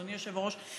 אדוני היושב בראש,